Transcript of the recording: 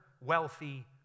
wealthy